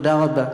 תודה רבה.